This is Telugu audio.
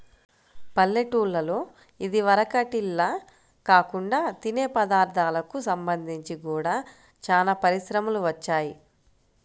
పల్లెటూల్లలో ఇదివరకటిల్లా కాకుండా తినే పదార్ధాలకు సంబంధించి గూడా చానా పరిశ్రమలు వచ్చాయ్